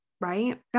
Right